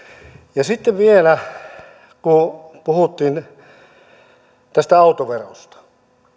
ja sitten vielä kun puhuttiin tästä autoverosta